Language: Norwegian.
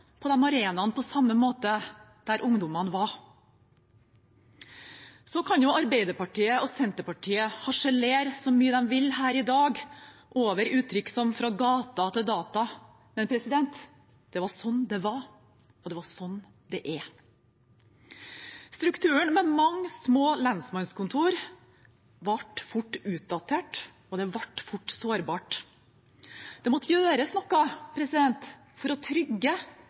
på de arenaene der ungdommene var. Så kan jo Arbeiderpartiet og Senterpartiet harselere så mye de vil her i dag over uttrykk som «fra gata til data», men det var sånn det var, og det er sånn det er. Strukturen med mange små lensmannskontor ble fort utdatert, og det ble fort sårbart. Det måtte gjøres noe for å trygge